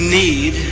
need